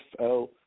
NFL